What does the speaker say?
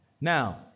Now